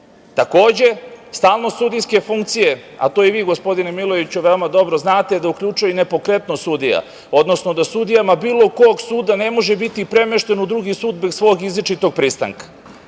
uslova. Takođe, stalnost sudijske funkcije, a to i vi gospodine Milojeviću, veoma dobro znate da uključuje i nepokretnost sudija, odnosno da sudijama bilo kog suda ne može biti premešten u drugi sud bez svog izričitog pristanka. Čak